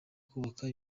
kubaka